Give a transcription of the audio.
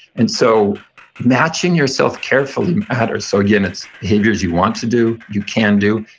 and so matching yourself carefully matters. so again, it's behaviors you want to do, you can do,